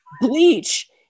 bleach